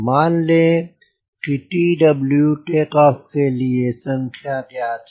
मान लें कि हमें TO के लिए संख्या ज्ञात है